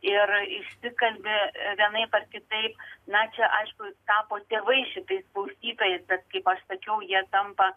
ir išsikalbi vienaip ar kitaip na čia aišku tapo tėvai šitais klausytojais bet kaip aš sakiau jie tampa